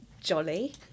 jolly